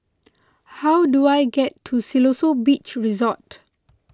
how do I get to Siloso Beach Resort